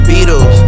Beatles